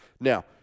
Now